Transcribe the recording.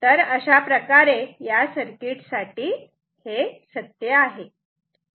तर अशाप्रकारे या सर्किट साठी हे सत्य आहे